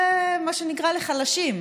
מה שנקרא, לחלשים.